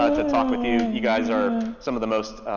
ah to talk with you. you guys are some of the most,